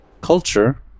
culture